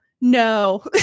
No